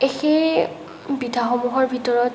সেই পিঠাসমূহৰ ভিতৰত